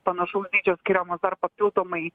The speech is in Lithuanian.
panašaus dydžio skiriamos dar papildomai